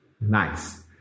Nice